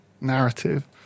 narrative